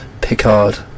Picard